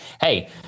hey